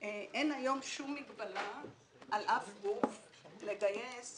אין היום שום מגבלה על אף גוף לגייס